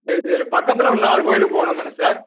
சரி சரி பக்கத்தில் ஒரு நாலு கோயில் போகணுங்கனு சார்